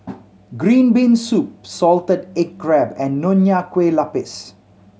green bean soup salted egg crab and Nonya Kueh Lapis